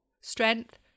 Strength